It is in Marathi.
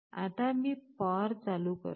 आता मी पॉवर चालू करतो